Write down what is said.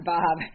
Bob